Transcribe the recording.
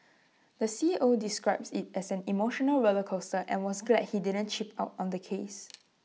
the C E O describes IT as an emotional roller coaster and was glad he didn't cheap out on the case